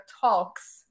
talks